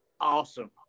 awesome